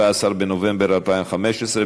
17 בנובמבר 2015,